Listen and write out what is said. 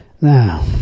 Now